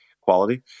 quality